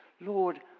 Lord